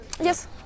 Yes